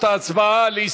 1: